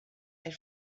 elle